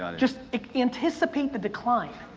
just anticipate the decline.